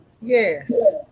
Yes